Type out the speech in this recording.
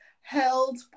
held